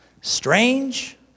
Strange